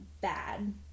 bad